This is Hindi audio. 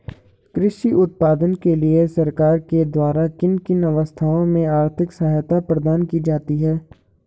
कृषि उत्पादन के लिए सरकार के द्वारा किन किन अवस्थाओं में आर्थिक सहायता प्रदान की जाती है?